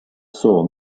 saw